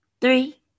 three